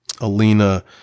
Alina